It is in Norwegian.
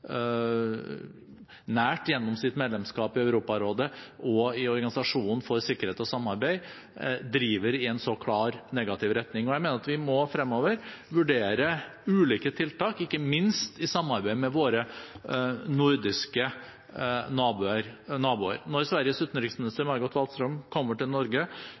nært gjennom sitt medlemskap i Europarådet og i Organisasjonen for sikkerhet og samarbeid i Europa, driver i en så klar negativ retning. Jeg mener at vi fremover må vurdere ulike tiltak, ikke minst i samarbeid med våre nordiske naboer. Når Sveriges utenriksminister, Margot Wallström, kommer til Norge